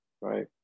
Right